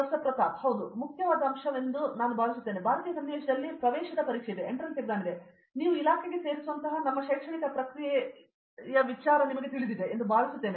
ಪ್ರತಾಪ್ ಹರಿದಾಸ್ ಹೌದು ಒಂದು ಪ್ರಮುಖವಾದ ಅಂಶವೆಂದು ನಾನು ಭಾವಿಸುತ್ತೇನೆ ಭಾರತೀಯ ಸನ್ನಿವೇಶದಲ್ಲಿ ಪ್ರವೇಶದ ಪರೀಕ್ಷೆಯಿದೆ ಮತ್ತು ನೀವು ಇಲಾಖೆಗೆ ಇರಿಸುವಂತಹ ನಮ್ಮ ಶೈಕ್ಷಣಿಕ ಪ್ರಕ್ರಿಯೆಯ ಮೂಲಕ ನಿಮಗೆ ತಿಳಿದಿದೆ ಎಂದು ನಾವು ಭಾವಿಸುತ್ತೇವೆ